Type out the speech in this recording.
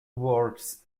works